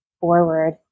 forward